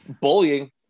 Bullying